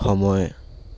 সময়